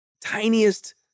tiniest